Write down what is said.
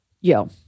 yo